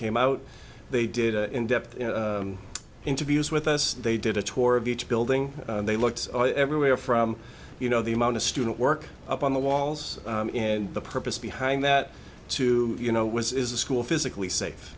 came out they did an in depth interviews with us they did a tour of each building they looked everywhere from you know the amount of student work up on the walls and the purpose behind that to you know was is the school physically safe